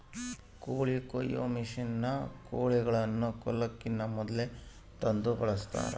ಕೋಳಿ ಕೊಯ್ಯೊ ಮಷಿನ್ನ ಕೋಳಿಗಳನ್ನ ಕೊಲ್ಲಕಿನ ಮೊದ್ಲೇ ತಂದು ಬಳಸ್ತಾರ